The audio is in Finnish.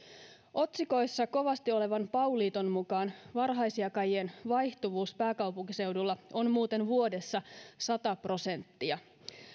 otsikoissa kovasti olevan pau liiton mukaan varhaisjakajien vaihtuvuus pääkaupunkiseudulla on muuten vuodessa sata prosenttia